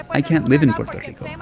i can't live in puerto rico. yeah